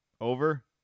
Over